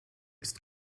ist